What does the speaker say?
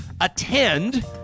attend